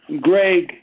Greg